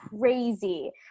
crazy